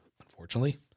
unfortunately